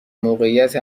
موقعیت